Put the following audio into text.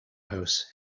house